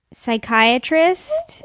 psychiatrist